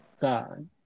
God